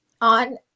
on